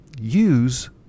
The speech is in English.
use